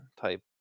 type